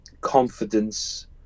confidence